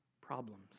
problems